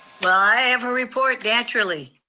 well, i have a report naturally.